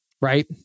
right